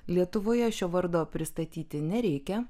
lietuvoje šio vardo pristatyti nereikia